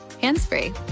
hands-free